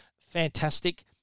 fantastic